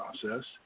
process